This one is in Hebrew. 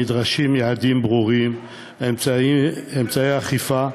נדרשים יעדים ברורים ואמצעי אכיפה.